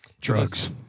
Drugs